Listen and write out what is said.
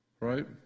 right